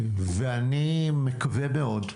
ואני מקווה מאוד,